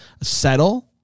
settle